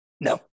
No